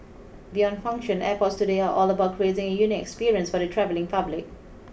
beyond function airports today are all about creating a unique experience for the travelling public